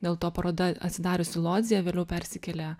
dėl to paroda atsidariusi lodzėje vėliau persikėlė